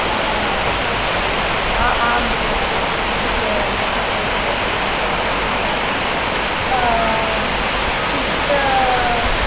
आं ते किञ्चित् न्यूनमेव भवति अङ्काः विज्ञाने किञ्चित्